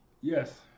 Yes